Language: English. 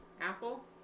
Apple